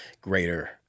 greater